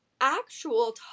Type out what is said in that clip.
actual